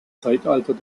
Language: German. zeitalter